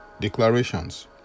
Declarations